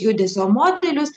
judesio modelius